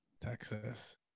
Texas